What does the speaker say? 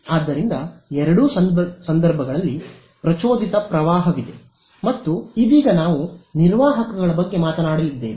ಆದ್ದರಿಂದ ಎರಡೂ ಸಂದರ್ಭಗಳಲ್ಲಿ ಪ್ರಚೋದಿತ ಪ್ರವಾಹವಿದೆ ಮತ್ತು ಇದೀಗ ನಾವು ನಿರ್ವಾಹಕಗಳ ಬಗ್ಗೆ ಮಾತನಾಡಲಿದ್ದೇವೆ